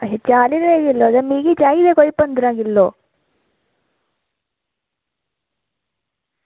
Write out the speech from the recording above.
असलें ई चाली देआ किलो ते मिगी चाहिदा कोई पंदरां किलो